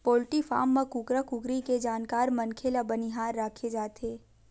poultry farm म कुकरा कुकरी के जानकार मनखे ल बनिहार राखे जाथे